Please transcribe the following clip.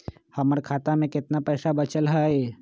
हमर खाता में केतना पैसा बचल हई?